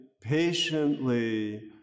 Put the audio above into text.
patiently